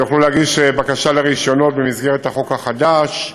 ואפשר יהיה להגיש בקשות לרישיונות במסגרת החוק החדש.